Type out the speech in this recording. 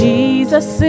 Jesus